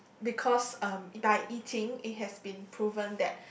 because um by eating it has been proven that